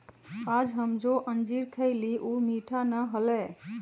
आज हम जो अंजीर खईली ऊ मीठा ना हलय